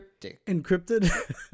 Encrypted